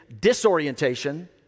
disorientation